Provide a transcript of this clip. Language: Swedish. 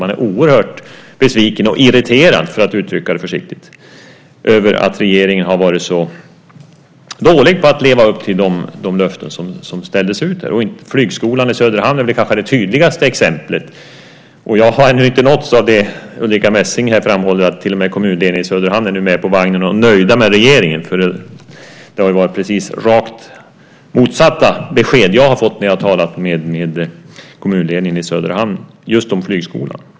De är oerhört besvikna och irriterade - för att uttrycka det försiktigt - över att regeringen har varit så dålig på att leva upp till de löften som ställdes ut. Flygskolan i Söderhamn är väl det tydligaste exemplet. Jag har ännu inte nåtts av det Ulrica Messing framhåller, att till och med kommunledningen i Söderhamn är med på vagnen och nöjd med regeringen. Det har varit precis rakt motsatta besked som jag har fått när jag har talat med kommunledningen i Söderhamn om flygskolan.